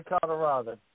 Colorado